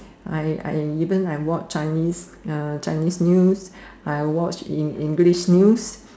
I I depends I watch Chinese Chinese news I watch in English news